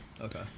Okay